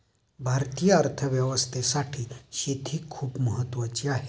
भारतीय अर्थव्यवस्थेसाठी शेती खूप महत्त्वाची आहे